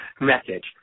message